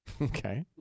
Okay